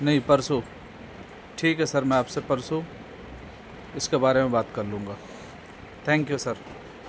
نہیں پرسوں ٹھیک ہے سر میں آپ سے پرسوں اس کے بارے میں بات کر لوں گا تھینک یو سر